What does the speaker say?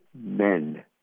men